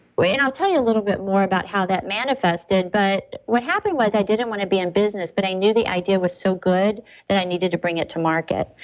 and i'll tell you a little bit more about how that manifested but what happened was i didn't want to be in business, but i knew the idea was so good that i needed to bring it to market.